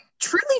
truly